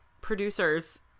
producers